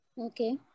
Okay